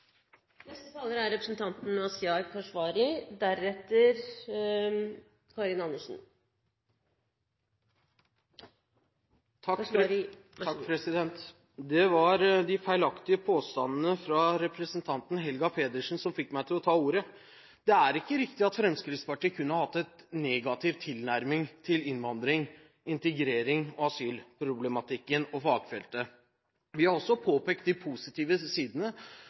Det var de feilaktige påstandene fra representanten Helga Pedersen som fikk meg til å ta ordet. Det er ikke riktig at Fremskrittspartiet kun har hatt en negativ tilnærming til innvandrings-, integrerings- og asylproblematikken og dette fagfeltet. Vi har også påpekt de positive sidene.